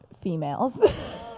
females